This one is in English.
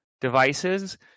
devices